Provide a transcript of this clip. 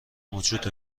موجود